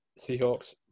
Seahawks